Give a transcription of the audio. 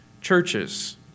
churches